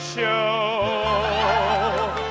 show